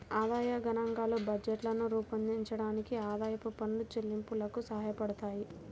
ఆదాయ గణాంకాలు బడ్జెట్లను రూపొందించడానికి, ఆదాయపు పన్ను చెల్లింపులకు సహాయపడతాయి